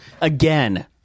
again